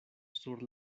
sur